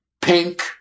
pink